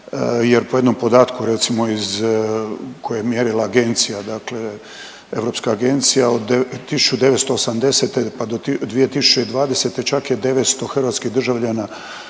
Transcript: jer po jednom podatku recimo iz, koje je mjerila agencija, dakle europska agencija, od 1980., pa do 2020. čak je 900 hrvatskih državljana